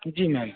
जी ma'am